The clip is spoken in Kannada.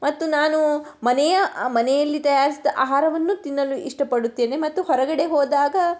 ಮತ್ತು ನಾನು ಮನೆಯ ಮನೆಯಲ್ಲಿ ತಯಾರಿಸಿದ ಆಹಾರವನ್ನು ತಿನ್ನಲು ಇಷ್ಟಪಡುತ್ತೇನೆ ಮತ್ತು ಹೊರಗಡೆ ಹೋದಾಗ